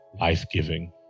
life-giving